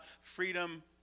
freedom